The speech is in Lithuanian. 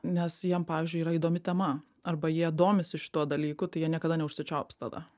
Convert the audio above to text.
nes jiem pavyzdžiui yra įdomi tema arba jie domisi šituo dalyku tai jie niekada ne užsičiaups tada